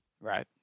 right